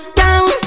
down